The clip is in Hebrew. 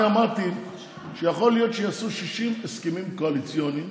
אני אמרתי שיכול להיות שיעשו 60 הסכמים קואליציוניים